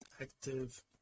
active